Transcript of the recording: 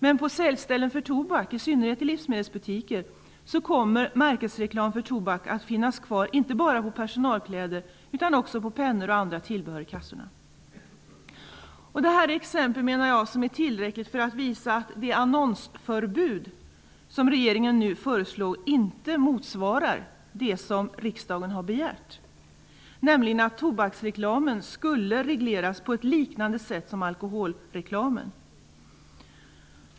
Men på säljställen för tobak, i synnerhet i livsmedelsbutiker, kommer märkesreklam för tobak att finnas kvar inte bara på personalkläder utan också på pennor och andra tillbehör i kassorna. Jag menar att dessa exempel är tillräckliga för att visa att det annonsförbud som regeringen nu föreslår inte motsvarar det som riksdagen har begärt, nämligen att tobaksreklamen skall regleras på ett liknande sätt som alkoholreklamen.